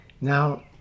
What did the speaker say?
Now